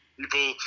people